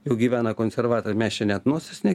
jau gyvena konservatoriai mes čia net nosies ne